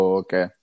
okay